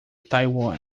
taiwan